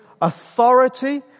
authority